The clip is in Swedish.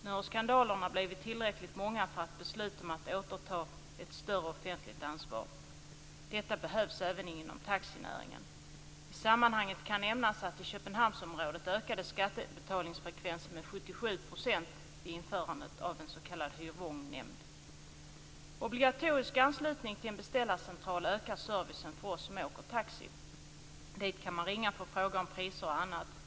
Nu har skandalerna blivit tillräckligt många för ett beslut om att återta ett större offentligt ansvar. Detta behövs även inom taxinäringen. I sammanhanget kan nämnas att i Köpenhamnsområdet ökade skatteinbetalningsfrekvensen med 77 % vid införandet av en s.k. Hyrvognnämnd. Obligatorisk anslutning till en beställarcentral ökar servicen för oss som åker taxi. Dit kan man ringa för att fråga om priser och annat.